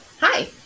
Hi